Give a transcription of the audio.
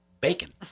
Bacon